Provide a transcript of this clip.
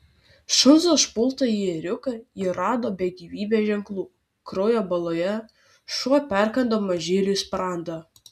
šuns užpultąjį ėriuką ji rado be gyvybės ženklų kraujo baloje šuo perkando mažyliui sprandą